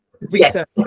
research